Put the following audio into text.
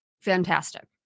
fantastic